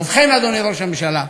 ובכן, אדוני ראש הממשלה,